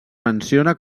menciona